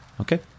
Okay